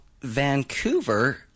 Vancouver